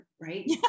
right